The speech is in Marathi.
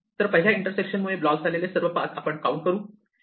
तर पहिल्या इंटरसेक्शन मुळे ब्लॉक झालेले सर्व पाथ आपण काउंट करू